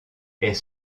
est